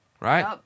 right